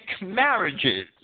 marriages